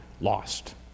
lost